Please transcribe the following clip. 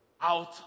out